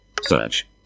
Search